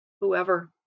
whoever